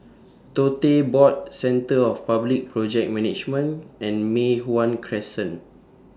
Tote Board Centre For Public Project Management and Mei Hwan Crescent